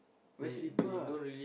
wear slipper lah